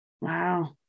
wow